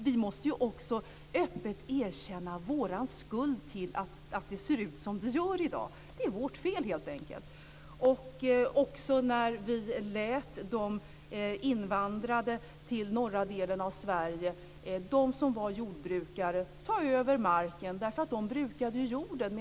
Vi måste också öppet erkänna vår skuld till att det ser ut som det gör i dag. Det är helt enkelt vårt fel. Vi lät de jordbrukare som invandrade till norra Sverige ta över marken eftersom de brukade jorden.